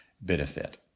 benefit